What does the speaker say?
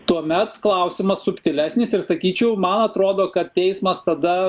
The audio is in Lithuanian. tuomet klausimas subtilesnis ir sakyčiau man atrodo kad teismas tada